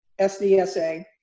SDSA